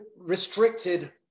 Restricted